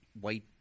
white